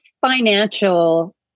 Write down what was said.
financial